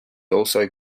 also